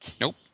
nope